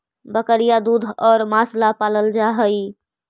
बकरियाँ दूध और माँस ला पलाल जा हई